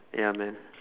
ya man